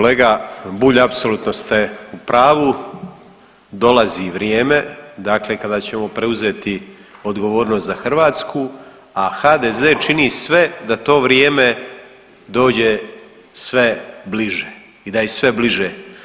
Kolega Bulj apsolutno ste u pravu dolazi vrijeme dakle kada ćemo preuzeti odgovornost za Hrvatsku, a HDZ čini sve da to vrijeme dođe sve bliže i da je sve bliže.